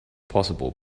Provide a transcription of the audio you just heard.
possible